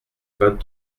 vingt